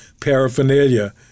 paraphernalia